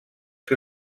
que